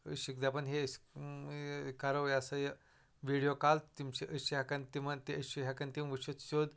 أسۍ چھِکھ دپان ہے أسۍ کرو یہِ ہسا یہِ ویٖڈیو کال تِم چھِ أسۍ چھِ ہٮ۪کان تِمن تہِ أسۍ چھِ ہٮ۪کان تِم وٕچھِتھ سیٚود